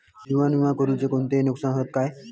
जीवन विमा करुचे कोणते नुकसान हत काय?